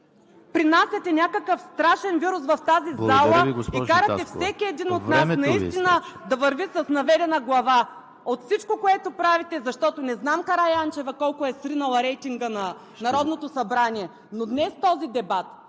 Принасяте някакъв страшен вирус в тази зала и карате всеки един от нас да върви наистина с наведена глава! Всичко, което правите, защото не знам Караянчева колко е сринала рейтинга на Народното събрание, но този дебат